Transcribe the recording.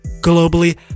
globally